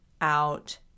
out